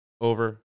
over